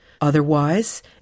Otherwise